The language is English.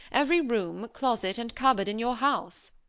every room, closet, and cupboard in your house.